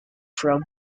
from